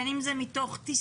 בין אם זה מתוך תסכול,